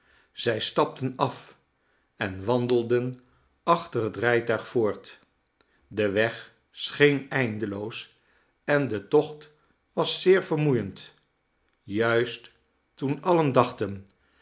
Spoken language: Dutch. zij stapten af en wandelden achter het rijtuig voort de weg scheen eindeloos en de tocht was zeer vermoeiend juist toen